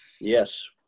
Yes